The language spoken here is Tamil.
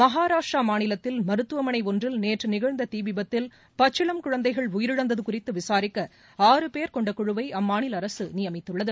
மகாராஷ்ட்ராமாநிலத்தில் மருத்துவமனைஒன்றில் நேற்றுநிகழ்ந்ததீவிபத்தில் பச்சிளம் குழந்தைகள் உயிரிழந்ததுகுறித்துவிசாரிக்க ஆறு பேர் கொண்டகுழுவைஅம்மாநிலஅரசுநியமித்துள்ளது